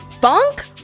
Funk